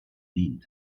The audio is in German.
wien